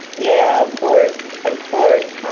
yeah of course, of course.